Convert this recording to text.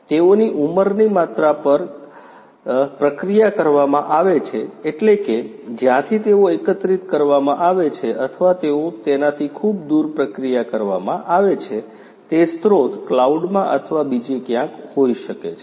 તેઓની ઉંમરની માત્રા પર પ્રક્રિયા કરવામાં આવે છે એટલે કે જ્યાંથી તેઓ એકત્રિત કરવામાં આવે છે અથવા તેઓ તેનાથી ખૂબ દૂર પ્રક્રિયા કરવામાં આવે છે તે સ્ત્રોત કલાઉડમાં અથવા બીજે ક્યાંક હોઈ શકે છે